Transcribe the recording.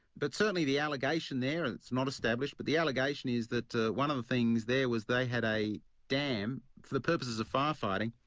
but certainly the allegation there, and it's not established, but the allegation is that one of the things there was they had a dam for the purposes of fire fighting,